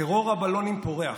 טרור הבלונים פורח.